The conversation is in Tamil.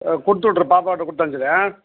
கொடுத்துவுட்ரு பாப்பாகிட்ட கொடுத்து அனுப்ச்சிரு மம்